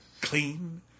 clean